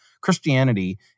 Christianity